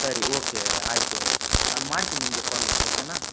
ಸರಿ ಓಕೆ ಆಯ್ತು ನಾನು ಮಾಡ್ತೀನಿ ನಿಮಗೆ ಕ್ವಾಲು ಓಕೆಯ